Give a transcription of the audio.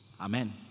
Amen